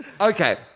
Okay